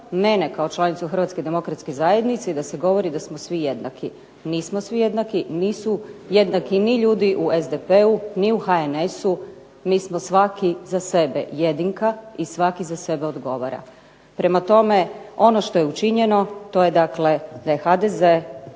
mene kao članicu HDZ-a i da se govori da smo svi jednaki. Nismo svi jednaki, nisu jednaki ni ljudi u SDP-u, ni u HNS-u, mi smo svaki za sebe jedinka i svaki za sebe odgovara. Prema tome, ono što je učinjeno to je dakle da je HDZ